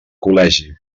col·legi